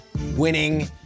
winning